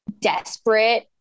desperate